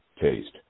taste